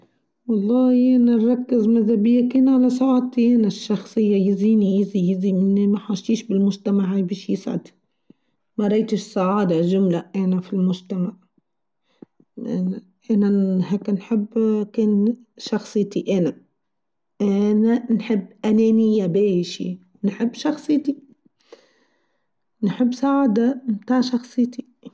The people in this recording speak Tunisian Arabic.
و الله أنا نركز ماذا بيا كان على سعادتي أنا الشخصيه يزيني يزي يزي مني ماحشتيش بالمجتمع بيش يسعد مارايتش السعاده جمله أنا في المجتمع انا هيكا نحب كان شخصيتي انا انا نحب انانيا بيشي نحب شخصيتي نحب ساعده تاع شخصيتي.